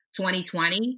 2020